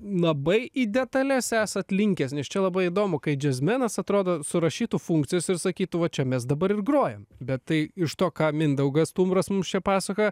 labai į detales esat linkęs nes čia labai įdomu kai džiazmenas atrodo surašytų funkcijas ir sakytų va čia mes dabar ir grojam bet tai iš to ką mindaugas stumbras mums čia pasakoja